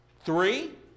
three